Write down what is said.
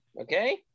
Okay